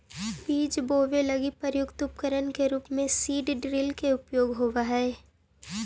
बीज बोवे लगी प्रयुक्त उपकरण के रूप में सीड ड्रिल के उपयोग होवऽ हई